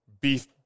Beef